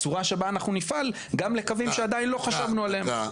הצורה שבה אנחנו נפעל גם לקווים שעדיין לא חשבנו עליהם --- דקה.